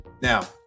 Now